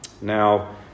Now